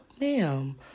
Ma'am